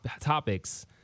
topics